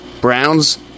Browns